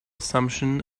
assumption